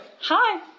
hi